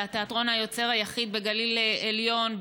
זה התיאטרון היוצר היחיד בגליל העליון,